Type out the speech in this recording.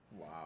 Wow